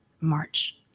March